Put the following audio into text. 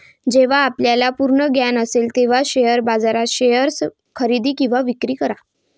जेव्हा आपल्याला पूर्ण ज्ञान असेल तेव्हाच शेअर बाजारात शेअर्स खरेदी किंवा विक्री करा